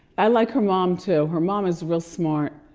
i like her mom too. her mom is real smart.